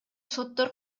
соттор